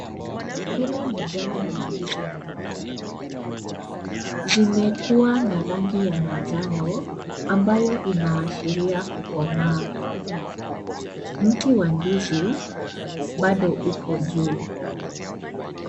Hili ni ganda la ndizi. Zimekuwa na rangi ya manjano ambayo inaashiria kukomaa. Mti wa ndizi bado upo juu.